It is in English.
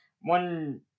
One